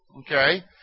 okay